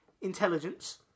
intelligence